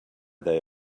they